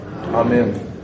Amen